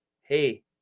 Hey